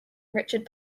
richard